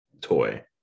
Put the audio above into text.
toy